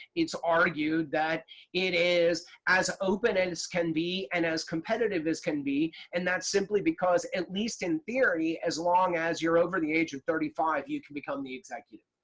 it's argued that it is as open and as can be and as competitive as can be, and that's simply because at least in theory, as long as you're over the age of thirty five you can become the executive.